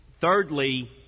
Thirdly